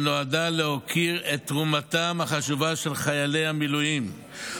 שנועדה להוקיר את תרומתם החשובה של חיילי המילואים,